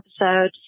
episode